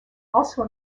also